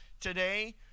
today